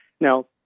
Now